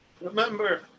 Remember